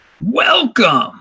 Welcome